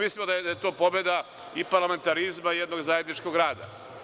Mislimo da je to pobeda i parlamentarizma š jednog zajedničkog rada.